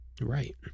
Right